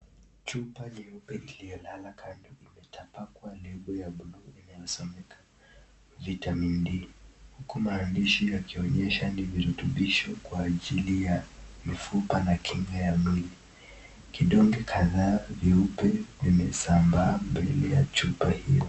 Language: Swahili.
Chupa ya rangi ya samawati na nyeupe ina lebo iliyoandikwa "Blue na Semeta". Kwenye chupa hiyo, imeandikwa Vitamin D ikionyesha kuwa ni virutubisho kwa ajili ya mifupa na kinga ya mwili. Vidonge kadhaa vyeupe vimetapakaa mbele ya chupa hiyo.